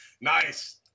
Nice